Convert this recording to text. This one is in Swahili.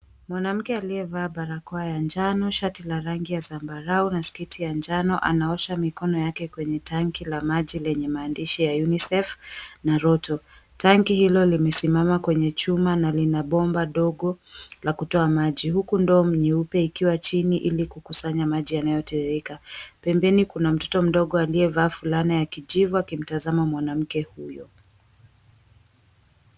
Mwanamke aliyevaa barakoa ya njano, shati la rangi ya zambarau na sketi ya njano, anaosha mikono yake kwenye tanki la maji lenye maandishi ya, Unicef na Roto. Tanki hilo limesimama kwenye chuma na lina bomba dogo la kutoa maji, huku ndoo nyeupe ikiwa chini ili kukusanya maji yanayotiririka. Pembeni kuna mtoto mdogo aliyevaa fulana ya kijivu akimtazama mwanamke huyo.